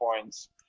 points